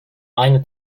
aynı